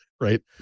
Right